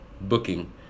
booking